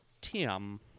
Tim